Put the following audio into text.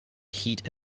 heat